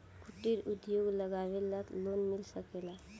कुटिर उद्योग लगवेला लोन मिल सकेला?